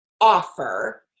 offer